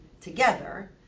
together